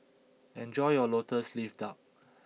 enjoy your Lotus Leaf Duck